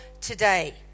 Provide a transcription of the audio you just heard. today